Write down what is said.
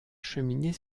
cheminées